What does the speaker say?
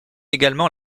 également